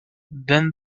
then